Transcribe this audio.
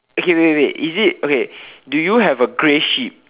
okay wait wait wait is it okay do you have a grey sheep